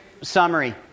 summary